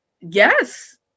Yes